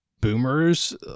Boomers